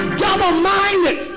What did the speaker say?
double-minded